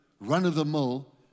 run-of-the-mill